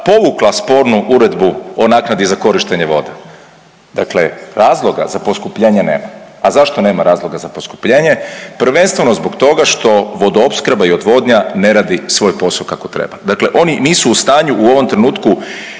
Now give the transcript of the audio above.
povukla spornu uredbu o naknadi za korištenje vode. Dakle, razloga za poskupljenje nema. A zašto nema razloga za poskupljenje? Prvenstveno zbog toga što Vodoopskrba i odvodnja ne radi svoj posao kako treba, dakle oni nisu u stanju u ovom trenutku